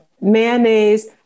mayonnaise